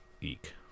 eek